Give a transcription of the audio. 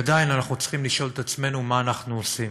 עדיין אנחנו צריכים לשאול את עצמנו מה אנחנו עושים